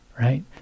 right